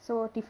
so tiff~